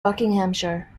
buckinghamshire